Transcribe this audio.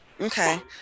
Okay